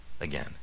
again